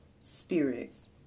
spirits